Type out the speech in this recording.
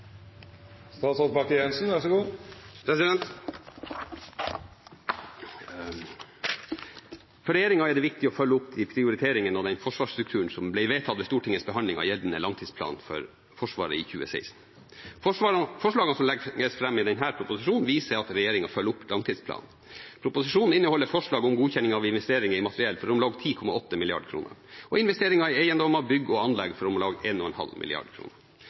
den forsvarsstrukturen som ble vedtatt ved Stortingets behandling av gjeldende langtidsplan for Forsvaret i 2016. Forslagene som legges fram i denne proposisjonen, viser at regjeringen følger opp langtidsplanen. Proposisjonen inneholder forslag om godkjenning av investeringer i materiell for om lag 10,8 mrd. kr og investeringer i eiendommer, bygg og anlegg for